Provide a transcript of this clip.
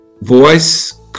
voice